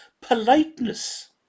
politeness